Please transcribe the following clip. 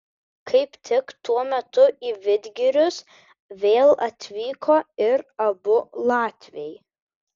kaip tik tuo metu į vidgirius vėl atvyko ir abu latviai